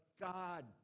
God